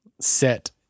set